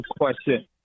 question